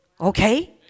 okay